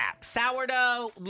Sourdough